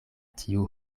tiu